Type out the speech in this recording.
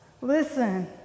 Listen